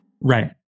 Right